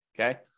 okay